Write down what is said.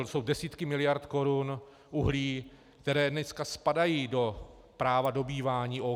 Jsou desítky miliard korun uhlí (?), které dneska spadají do práva dobývání OKD.